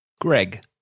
Greg